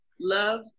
love